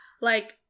like-